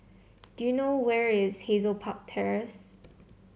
do you know where is Hazel Park Terrace